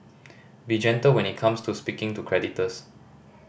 be gentle when it comes to speaking to creditors